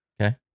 Okay